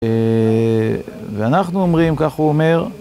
ואנחנו אומרים, כך הוא אומר,